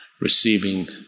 receiving